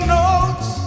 notes